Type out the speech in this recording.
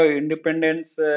independence